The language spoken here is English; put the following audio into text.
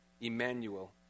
Emmanuel